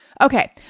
okay